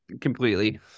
completely